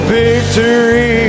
victory